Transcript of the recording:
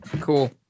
Cool